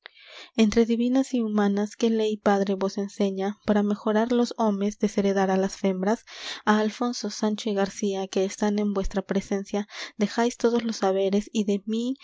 entre divinas y humanas qué ley padre vos enseña para mejorar los homes desheredar á las fembras á alfonso sancho y garcía que están en vuestra presencia dejáis todos los haberes y de mí